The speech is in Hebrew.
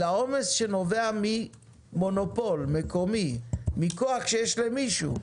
אלא עומס שנובע ממונופול מקומי, מכוח שיש למישהו.